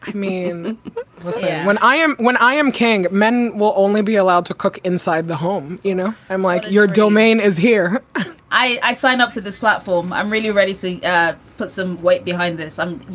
mean yeah when i am when i am king. men will only be allowed to cook inside the home. you know, i'm like, your domain is here i i signed up to this platform. i'm really ready to put some weight behind this. i'm.